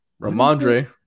Ramondre